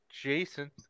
Jason